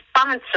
sponsor